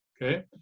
Okay